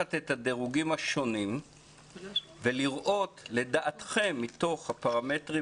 לקחת את הדירוגים השונים ולראות מתוך הפרמטרים